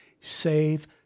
Save